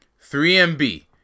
3MB